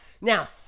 Now